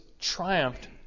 triumphed